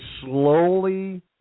slowly